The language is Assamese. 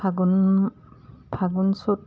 ফাগুণ ফাগুণ চ'ত